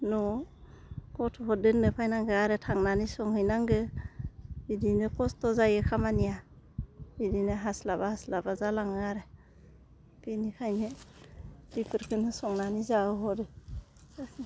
न'आव गथ'फोर दोननो फैनांगौ आरो थांनानै संहैनांगौ बिदिनो खस्थ' जायो खामानिया बिदिनो हास्लाबा हास्लाबा जालाङो आरो बेनिखायनो बिफोरखौनो संनानै जाहोहरो